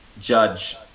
judge